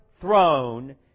throne